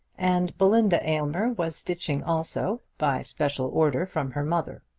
and belinda aylmer was stitching also by special order from her mother.